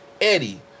Eddie